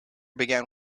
began